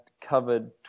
covered